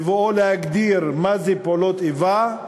בבואו להגדיר מה זה פעולות איבה,